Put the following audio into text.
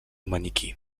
maniquí